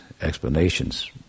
explanations